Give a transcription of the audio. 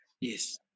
Yes